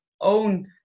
own